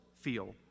feel